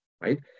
right